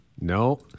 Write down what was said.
no